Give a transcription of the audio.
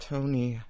Tony